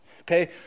okay